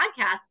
podcast